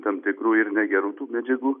tam tikrų ir negerų tų medžiagų